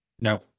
No